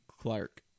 Clark